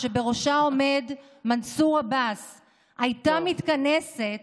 שבראשה עומד מנסור עבאס הייתה מתכנסת,